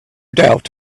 doubt